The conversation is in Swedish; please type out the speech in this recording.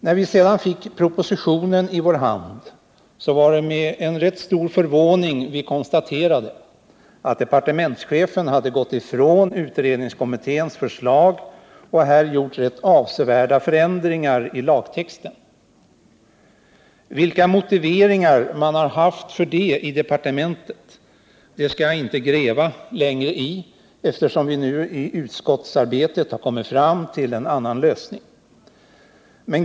När vi sedan fick propositionen i vår hand var det med rätt stor förvåning vi konstaterade att departementschefen hade gått ifrån utredningskommitténs förslag och här gjort rätt avsevärda föränd ringar i lagtexten. Vilka motiveringar man har haft för det i departementet skall jag inte gräva i, eftersom vi under utskottsarbetet har kommit fram till en annan lösning.